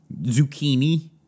zucchini